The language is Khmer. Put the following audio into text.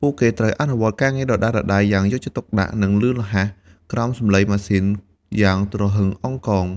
ពួកគេត្រូវអនុវត្តការងារដដែលៗយ៉ាងយកចិត្តទុកដាក់ និងលឿនរហ័ស ក្រោមសំឡេងម៉ាស៊ីនយ៉ាងទ្រហឹងអ៊ឹងកង។